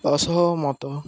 ଅସହମତ